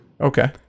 Okay